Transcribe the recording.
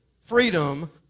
freedom